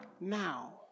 now